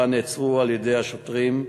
הן נעצרו על-ידי השוטרים.